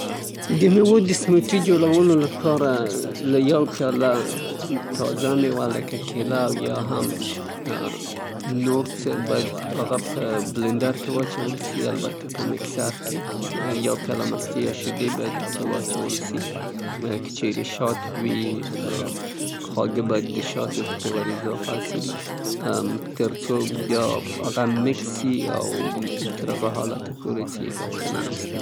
د میوو د ساموټي د جوړولو د پاره یو پیاله تازه او یا هم سړه شوې میوه لکه کیلې یا لبنیات یوه پیاله مستې یا شیدې سره مخلوط کړئ. که غواړئ د خواږه کولو د پاره یې یو کاشوغه شات ور اضافه کئ. تر یو څه وخته پورې یې مخلوط کئ او په یو ګیلاس کې یې واچوئ کولای سئ مصرف یې کئ. او خوند ترې واخ.